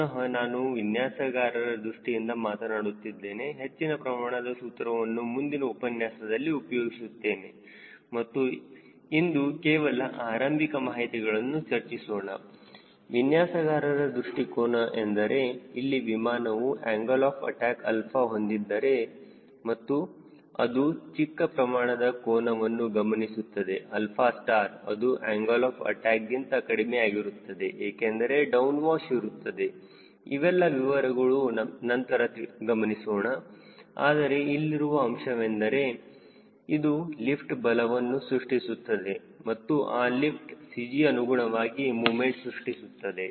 ಪುನಹ ನಾನು ವಿನ್ಯಾಸಗಾರರ ದೃಷ್ಟಿಯಿಂದ ಮಾತನಾಡುತ್ತಿದ್ದೇನೆ ಹೆಚ್ಚಿನ ಪ್ರಮಾಣದ ಸೂತ್ರವನ್ನು ಮುಂದಿನ ಉಪನ್ಯಾಸದಲ್ಲಿ ಉಪಯೋಗಿಸುತ್ತೇನೆ ಮತ್ತು ಇಂದು ಕೇವಲ ಆರಂಭಿಕ ಮಾಹಿತಿಗಳನ್ನು ಚರ್ಚಿಸೋಣ ವಿನ್ಯಾಸಗಾರರ ದೃಷ್ಟಿಕೋನ ಎಂದರೆ ಅಲ್ಲಿ ವಿಮಾನವು ಆಂಗಲ್ ಆಫ್ ಅಟ್ಯಾಕ್ 𝛼 ಹೊಂದಿದ್ದರೆ ಮತ್ತು ಅದು ಚಿಕ್ಕ ಪ್ರಮಾಣದ ಕೋನವನ್ನು ಗಮನಿಸುತ್ತದೆ 𝛼∗ ಅದು ಆಂಗಲ್ ಆಫ್ ಅಟ್ಯಾಕ್ ಗಿಂತ ಕಡಿಮೆ ಆಗಿರುತ್ತದೆ ಏಕೆಂದರೆ ಡೌನ್ ವಾಶ್ ಇರುತ್ತದೆ ಇವೆಲ್ಲ ವಿವರಗಳು ನಂತರ ಗಮನಿಸೋಣ ಆದರೆ ಇಲ್ಲಿರುವ ಅಂಶವೇನೆಂದರೆ ಇದು ಲಿಫ್ಟ್ ಬಲವನ್ನು ಸೃಷ್ಟಿಸುತ್ತದೆ ಮತ್ತು ಆ ಲಿಫ್ಟ್ CG ಅನುಗುಣವಾಗಿ ಮೂಮೆಂಟ್ ಸೃಷ್ಟಿಸುತ್ತದೆ